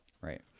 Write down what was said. Right